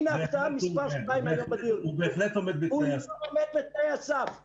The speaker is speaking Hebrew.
הוא בהחלט עומד בתנאי הסף.